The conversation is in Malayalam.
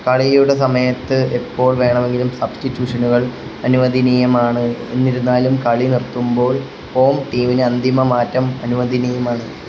കളിയുടെ സമയത്ത് എപ്പോൾ വേണവെങ്കിലും സബ്സ്റ്റിറ്റ്യൂഷനുകൾ അനുവദനീയമാണ് എന്നിരുന്നാലും കളി നിർത്തുമ്പോൾ ഹോം ടീമിന് അന്തിമമാറ്റം അനുവദനീയമാണ്